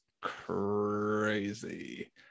crazy